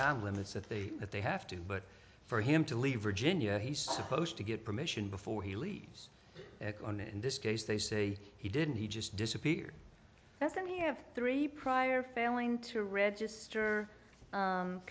time limits that they that they have to but for him to leave virginia he's supposed to get permission before he leaves on in this case they say he didn't he just disappear doesn't he have three prior failing to register